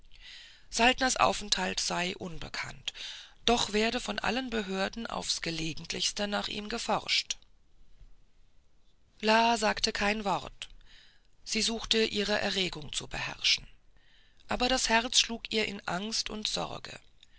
saltners aufenthalt sei unbekannt doch werde von allen behörden aufs angelegentlichste nach ihm geforscht la sagte kein wort sie suchte ihre erregung zu beherrschen aber das herz schlug ihr in angst und sorge